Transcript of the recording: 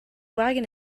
wagon